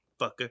fucker